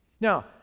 Now